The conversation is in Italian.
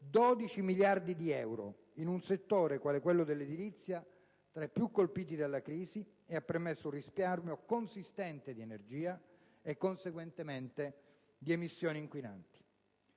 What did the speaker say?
12 miliardi di euro, in un settore, quale quello dell'edilizia, che è tra i più colpiti dalla crisi, e che ha permesso un risparmio consistente di energia e conseguentemente di emissioni inquinanti.